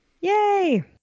Yay